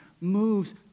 moves